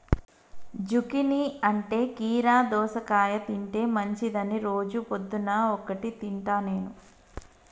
zucchini అంటే కీరా దోసకాయ తింటే మంచిదని రోజు పొద్దున్న ఒక్కటి తింటా నేను